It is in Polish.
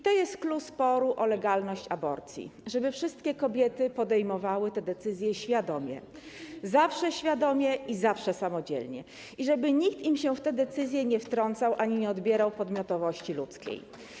To jest clou sporu o legalność aborcji - żeby wszystkie kobiety podejmowały te decyzje świadomie, zawsze świadomie i zawsze samodzielnie i żeby nikt im się w te decyzje nie wtrącał ani nie odbierał podmiotowości ludzkiej.